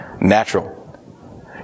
natural